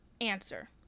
answer